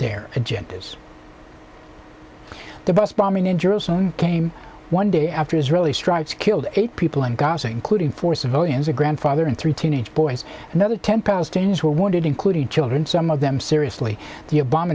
their agendas the bus bombing in jerusalem came one day after israeli strikes killed eight people in gaza including four civilians a grandfather and three teenage boys another ten palestinians were wounded including children some of them seriously